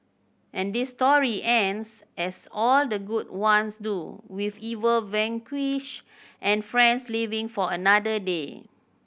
and this story ends as all the good ones do with evil vanquished and friends living for another day